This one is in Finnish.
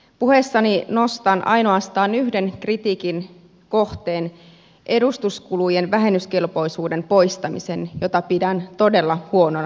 puheessani nostan ainoastaan yhden kritiikin kohteen edustuskulujen vähennyskelpoisuuden poistamisen jota pidän todella huonona ratkaisuna